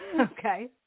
okay